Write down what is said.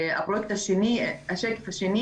השקף השני